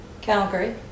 Calgary